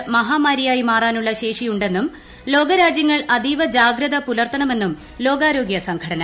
corona മഹാമാരിയായി മാറാനുള്ള ശേഷി ഉണ്ടെന്നും ലോകരാജ്യങ്ങൾ അതീവ ജാഗ്രത പുലർത്തണമെന്നും ലോകാരോഗൃ സംഘടന